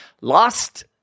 Lost